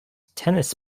tennis